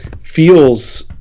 feels